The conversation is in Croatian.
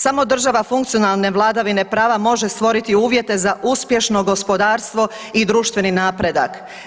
Samo država funkcionalne vladavine prava može stvoriti uvjete za uspješno gospodarstvo i društveni napredak.